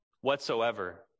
whatsoever